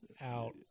out